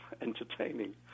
entertaining